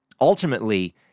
ultimately